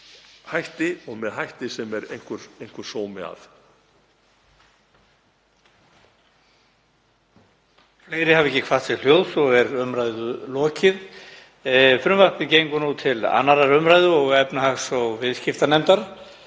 hætti og með hætti sem einhver sómi er